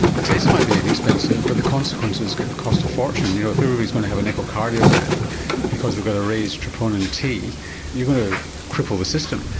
the test might be inexpensive but the consequences could cost a fortune. you know if everybody is going to have an echocardiogram because they've got a raised troponin t you're going to cripple the system.